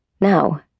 Now